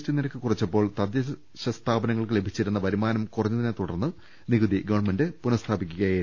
T നിരക്ക് കുറച്ചപ്പോൾ തദ്ദേശ സ്ഥാപനങ്ങൾക്ക് ലഭിച്ചിരുന്ന വരുമാനം കുറഞ്ഞതിനെ തുടർന്ന് നികുതി ഗവൺമെന്റ് പുനഃസ്ഥാപിച്ചിരുന്നു